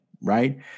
right